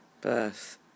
birth